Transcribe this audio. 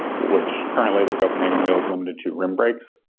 which currently the copenhagen wheel is limited to rim brakes.